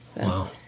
Wow